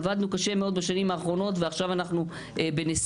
עבדנו קשה מאוד בשנים האחרונות ועכשיו אנחנו בנסיגה.